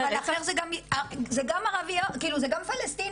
אבל אחר זה גם ערביות, זה גם פלשתינאיות,